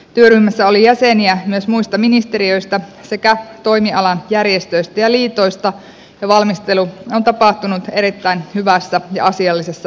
työryhmässä oli jäseniä myös muista ministeriöistä sekä toimialan järjestöistä ja liitoista ja valmistelu on tapahtunut erittäin hyvässä ja asiallisessa yhteishengessä